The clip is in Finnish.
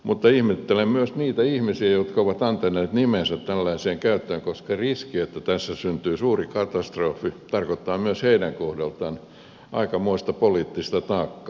mutta ihmettelen myös niitä ihmisiä jotka ovat antaneet nimensä tällaiseen käyttöön koska riski että tässä syntyy suuri katastrofi tarkoittaa myös heidän kohdaltaan aikamoista poliittista taakkaa